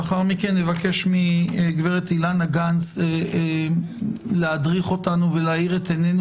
לאחר מכן נבקש מגברת אילנה גנס להדריך אותנו ולהאיר את עינינו